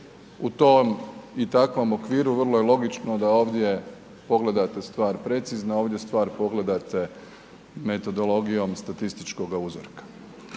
u tom i takvom okviru vrlo je logično da ovdje pogledate stvar precizno, ovdje stvar pogledate metodologijom statističkoga uzorka.